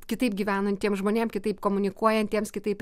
kitaip gyvenantiem žmonėm kitaip komunikuojantiems kitaip